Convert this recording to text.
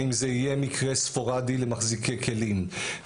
אם זה יהיה מקרה ספורדי למחזיקי כלים.